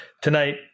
tonight